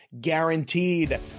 guaranteed